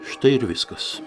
štai ir viskas